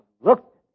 look